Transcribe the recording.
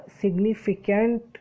significant